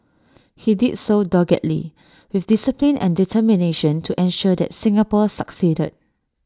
he did so doggedly with discipline and determination to ensure that Singapore succeeded